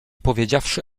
powiedziawszy